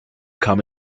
come